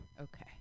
Okay